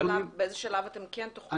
באיזה שלב אתם כן תוכלו?